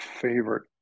favorite